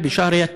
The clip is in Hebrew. אישה הרה בחודש